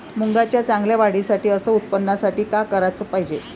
मुंगाच्या चांगल्या वाढीसाठी अस उत्पन्नासाठी का कराच पायजे?